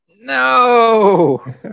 no